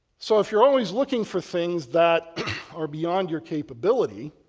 so, if you're always looking for things that are beyond your capability,